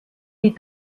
die